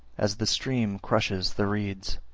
as the stream crushes the reeds